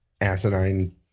asinine